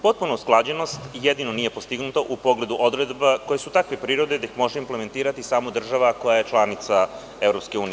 Potpuna usklađenost jedino nije postignuta u pogledu odredaba koje su takve prirode da ih može implementirati samo država koja je članica EU.